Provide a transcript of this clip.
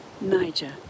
Niger